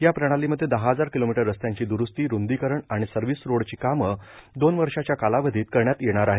या प्रणालीमध्ये दहा हजार किमी रस्त्यांची द्रुस्तीए रुंदीकरण आणि सर्व्हिस रोडची कामं दोन वर्षाच्या कालावधीत करण्यात येणार आहेत